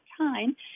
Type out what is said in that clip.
time